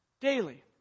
daily